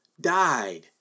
died